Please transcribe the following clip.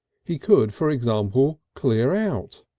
he could, for example, clear out.